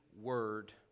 word